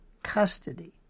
Custody